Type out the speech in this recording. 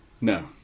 No